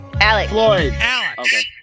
Alex